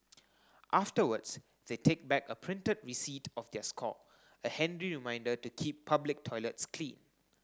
afterwards they take back a printed receipt of their score a handy reminder to keep public toilets clean